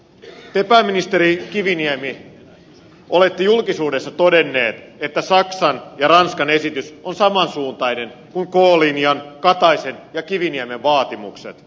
te pääministeri kiviniemi olette julkisuudessa todennut että saksan ja ranskan esitys on samansuuntainen kuin k linjan kataisen ja kiviniemen vaatimukset